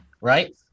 right